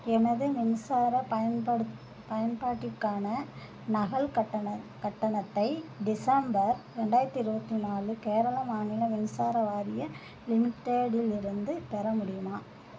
எனது மின்சாரப் பயன்படுத் பயன்பாட்டிற்கான நகல் கட்டண கட்டணத்தை டிசம்பர் ரெண்டாயிரத்தி இருபத்தி நாலு கேரளா மாநில மின்சார வாரிய லிமிட்டெடிலிருந்து பெற முடியுமா